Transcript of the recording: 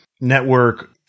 network